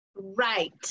Right